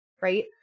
right